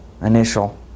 initial